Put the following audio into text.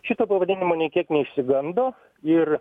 šito pavadinimo nė kiek neišsigando ir